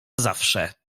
zawsze